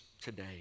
today